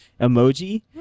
emoji